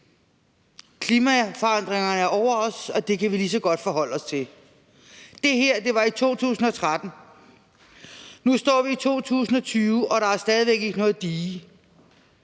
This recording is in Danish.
Klimaforandringerne er over os, at det kan vi lige så godt forholde os til. Det her var i 2013; nu står vi i 2020, og der er stadig væk ikke noget dige.